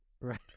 right